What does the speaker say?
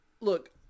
look